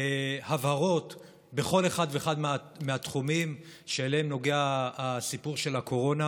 להבהרות בכל אחד ואחד מהתחומים שבהם נוגע הסיפור של הקורונה.